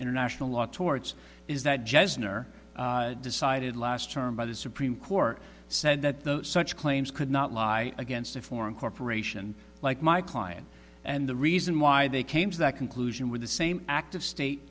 international law torts is that jensen are decided last term by the supreme court said that the such claims could not lie against a foreign corporation like my client and the reason why they came to that conclusion were the same active state